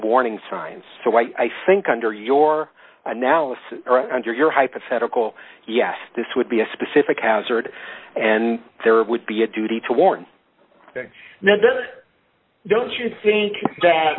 warning signs so i think under your analysis under your hypothetical yes this would be a specific hazard and there would be a duty to warn don't you think that